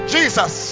Jesus